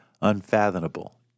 unfathomable